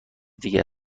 دیگه